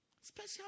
Special